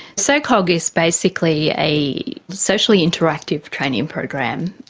so cog is basically a socially interactive training program.